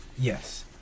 Yes